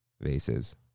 vases